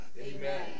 Amen